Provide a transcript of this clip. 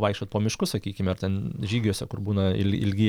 vaikščiot po miškus sakykime ar ten žygiuose kur būna il ilgi